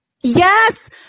Yes